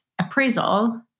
appraisal